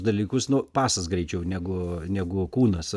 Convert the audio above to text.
dalykus nu pasas greičiau negu negu kūnas